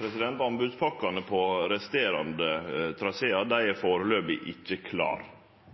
Anbodspakkene på resterande trasear er enn så lenge ikkje klare. Det betyr at dei endelege vurderingane for det heller ikkje er